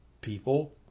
people